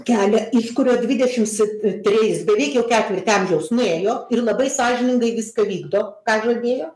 kelią iš kurio dvidešims e treis beveik jau ketvirtį amžiaus nuėjo ir labai sąžiningai viską vykdo ką žadėjo